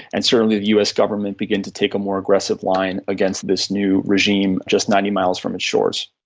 and certainly the us government begin to take a more aggressive line against this new regime just ninety miles from its shores.